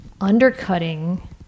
undercutting